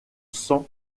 sang